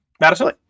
Madison